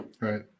right